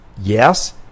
yes